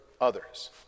others